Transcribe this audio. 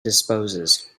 disposes